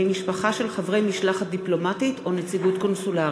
משפחה של חברי משלחת דיפלומטית או נציגות קונסולרית.